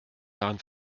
daran